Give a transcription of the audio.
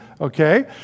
okay